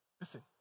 Listen